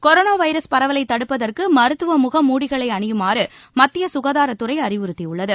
corona virus பரவலை தடுப்பதற்கு மருத்துவ முகமூடிகளை அணியுமாறு மத்திய சுகாதாரத் துறை அறிவுறத்தியுள்ளது